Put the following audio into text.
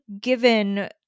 given